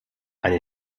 eine